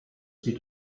sie